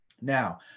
Now